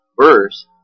verse